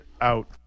out